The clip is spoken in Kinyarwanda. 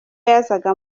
yazaga